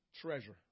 treasure